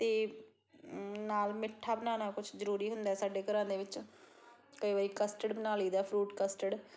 ਅਤੇ ਨਾਲ ਮਿੱਠਾ ਬਣਾਉਣਾ ਕੁਝ ਜ਼ਰੂਰੀ ਹੁੰਦਾ ਸਾਡੇ ਘਰਾਂ ਦੇ ਵਿੱਚ ਕਈ ਵਾਰੀ ਕਸਟਡ ਬਣਾ ਲਈ ਦਾ ਫਰੂਟ ਕਸਟਡ